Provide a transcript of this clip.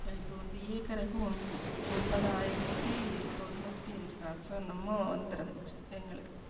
இப்போ வந்து ஏக்கருக்கு ஒன் ஒன்பதாயிரத்து தொண்ணூற்றி அஞ்சு காசோ என்னமோ வந்திருந்துச்சி எங்களுக்கு